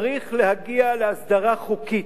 צריך להגיע להסדרה חוקית,